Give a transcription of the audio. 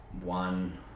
one